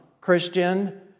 Christian